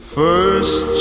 first